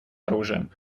оружием